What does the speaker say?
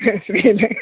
പിന്നെ